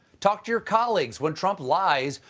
talk to your colleagues! when trump lies,